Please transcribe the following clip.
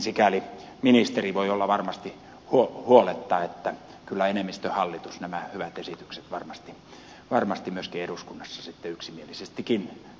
sikäli ministeri voi olla varmasti huoletta että kyllä enemmistöhallitus nämä hyvät esitykset varmasti myöskin eduskunnassa sitten yksimielisestikin